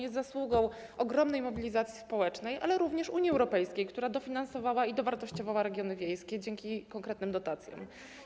Jest zasługą ogromnej mobilizacji społecznej, ale również Unii Europejskiej, która dofinansowała i dowartościowała regiony wiejskie dzięki konkretnym dotacjom.